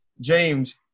James